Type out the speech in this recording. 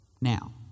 Now